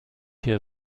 hier